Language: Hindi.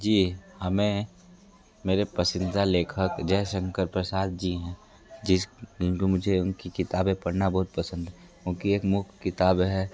जी हमें मेरे पसंदीदा लेखक जयशंकर प्रसाद जी हैं जिस इनको मुझे उनकी किताबें पढ़ना बहुत पसंद है क्योंकि एक मुक्त किताब है